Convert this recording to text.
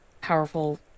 powerful